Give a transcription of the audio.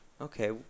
Okay